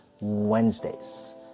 Wednesdays